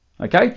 Okay